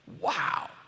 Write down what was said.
Wow